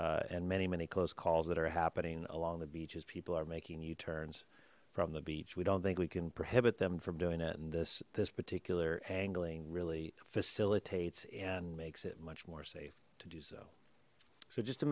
collisions and many many close calls that are happening along the beaches people are making u turns from the beach we don't think we can prohibit them from doing it and this this particular angling really facilitates and makes it much more safe to do so so just to